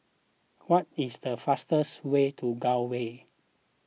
what is the faster way to Gul Way